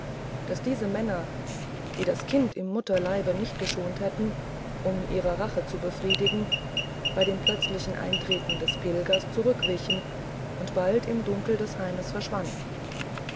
daß diese männer die das kind im mutterleibe nicht geschont hätten um ihre rache zu befriedigen bei dem plötzlichen erscheinen des pilgers zurückwichen und bald im dunkel des haines verschwanden